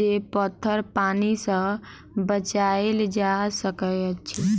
जे पथर पानि सँ बचाएल जा सकय अछि?